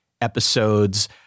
episodes